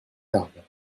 tarbes